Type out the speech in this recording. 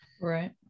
right